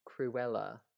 Cruella